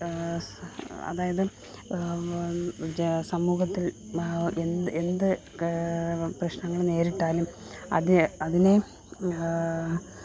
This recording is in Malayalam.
അതായത് സമൂഹത്തിൽ എന്ത് എന്ത് പ്രശ്നങ്ങൾ നേരിട്ടാലും അത് അതിനെ